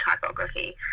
typography